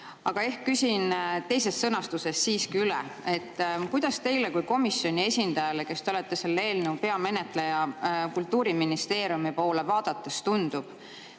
aga küsin teises sõnastuses siiski üle. Kuidas teile kui komisjoni esindajale, kes te olete selle eelnõu peamenetleja, Kultuuriministeeriumi poole vaadates tundub,